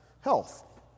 health